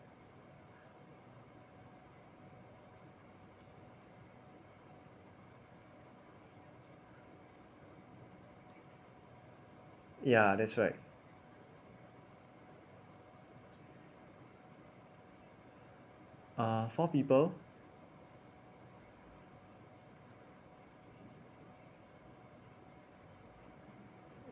ya that's right ah four people